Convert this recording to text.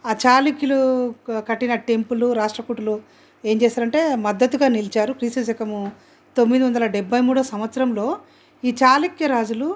ఆ చాణిక్యులు కట్టిన టెంపులు రాష్ట్రకూటులు ఏం చేశారు అంటే మద్దతుగా నిలిచారు క్రీస్తు శకము తొమ్మిదివందల డభ్భైమూడవ సంవత్సరంలో ఈ చాణిక్య రాజులు